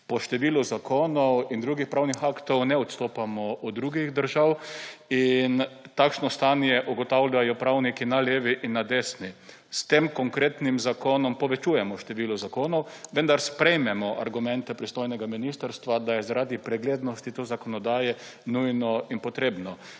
po številu zakonov in drugih pravnih aktov ne odstopamo od drugih držav in takšno stanje ugotavljajo pravniki na levi in na desni. S tem konkretnim zakonom povečujemo število zakonov, vendar sprejmemo argumente pristojnega ministrstva, da je zaradi preglednosti te zakonodaje to nujno in potrebno,